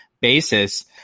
basis